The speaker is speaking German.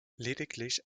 lediglich